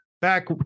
back